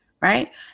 right